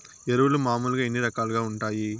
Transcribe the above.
ఎరువులు మామూలుగా ఎన్ని రకాలుగా వుంటాయి?